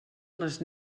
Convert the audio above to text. les